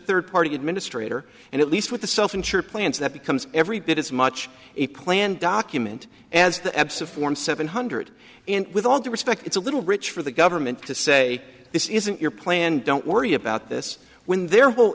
third party administrator and at least with the self insured plans that becomes every bit as much a plan document as the absa form seven hundred and with all due respect it's a little rich for the government to say this isn't your plan don't worry about this when there w